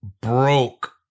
broke